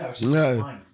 No